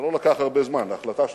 זה לא לקח הרבה זמן, זאת היתה החלטה שלך,